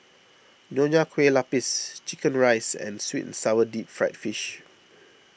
Nonya Kueh Lapis Chicken Rice and Sweet and Sour Deep Fried Fish